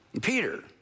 Peter